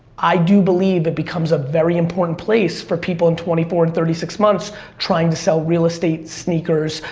i do believe it but becomes ah very important place for people in twenty four and thirty six months trying to sell real estate, sneakers,